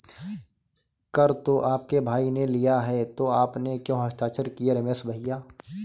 कर तो आपके भाई ने लिया है तो आपने क्यों हस्ताक्षर किए रमेश भैया?